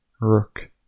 Rook